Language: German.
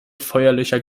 feuerlöscher